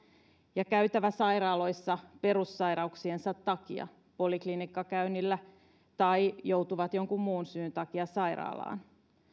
ja käytävä sairaaloissa perussairauksiensa takia poliklinikkakäynnillä tai joutuvat jonkun muun syyn takia sairaalaan